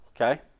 okay